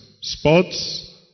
sports